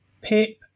Pip